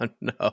no